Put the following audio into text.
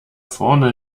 vorne